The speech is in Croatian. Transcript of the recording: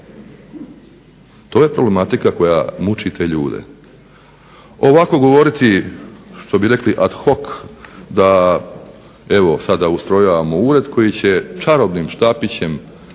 To je problematika koja muči te ljude. Ovako govoriti, što bi rekli ad hoc, da evo sada ustrojavamo ured koji će čarobnim štapićem